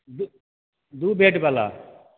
दू दू बेडबला